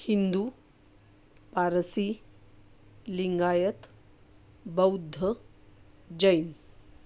हिंदू पारसी लिंगायत बौद्ध जैन